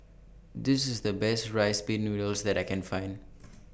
This IS The Best Rice Pin Noodles that I Can Find